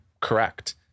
correct